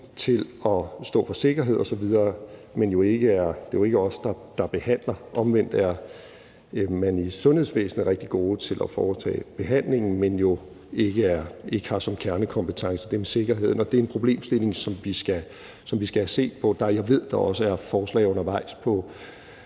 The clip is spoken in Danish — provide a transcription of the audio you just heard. til at stå for sikkerheden osv., jo ikke er os, der behandler. Omvendt er man i sundhedsvæsenet rigtig gode til at foretage behandlingen, men har jo ikke sikkerheden som kernekompetence, og det er en problemstilling, som vi skal have set på. Jeg ved, at der også er forslag undervejs på